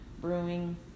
Brewing